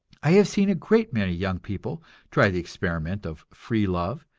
i have seen a great many young people try the experiment of free love,